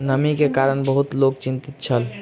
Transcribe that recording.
नमी के कारण बहुत लोक चिंतित छल